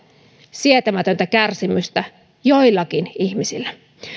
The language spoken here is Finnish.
sietämätöntä kärsimystä joillakin ihmisillä